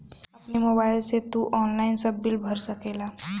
अपनी मोबाइल से तू ऑनलाइन सब बिल भर सकेला